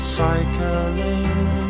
cycling